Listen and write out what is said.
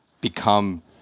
become